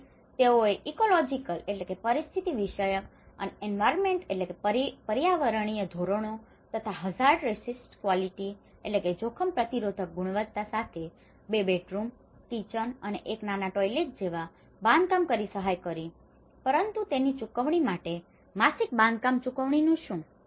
અને તેઓએ ecological ecological પરિસ્થિતિવિષયક અને એન્વાયરમેન્ટીય environmental પર્યાવરણીય ધોરણો તથા hazard resistant quality hazard resistant quality જોખમ પ્રતિરોધક ગુણવત્તા સાથેના 2 બેડરૂમ કિચન અને 1 નાના ટોઇલેટ જેવા બાંધકામ કરીને સહાય કરી પરંતુ તેની ચુકવણી માટે માસિક બાંધકામ ચૂકવણીનું શું